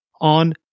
on